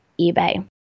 eBay